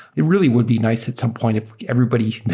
it really would be nice at some point if everybody,